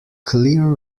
clear